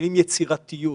מפעילים יצירתיות,